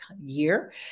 year